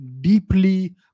deeply